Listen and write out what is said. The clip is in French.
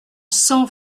cent